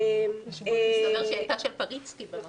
מסתבר שהייתה של פריצקי במקור.